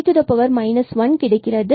154 இவ்வாறு ஆகிறது